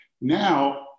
Now